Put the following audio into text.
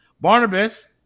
Barnabas